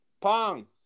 Pong